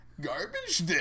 Garbage